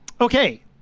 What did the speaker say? Okay